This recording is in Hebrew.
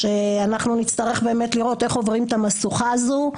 ואנחנו נצטרך לראות איך עוברים את המשוכה הזאת.